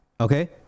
okay